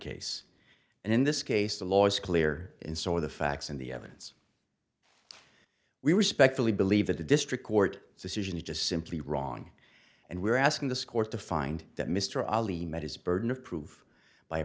case and in this case the law is clear and so are the facts and the evidence we respectfully believe that the district court decision is just simply wrong and we are asking this court to find that mr ali met his burden of proof by a